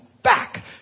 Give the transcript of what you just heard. Back